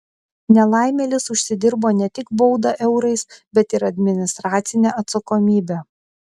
nelaimėlis užsidirbo ne tik baudą eurais bet ir administracinę atsakomybę